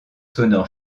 sonore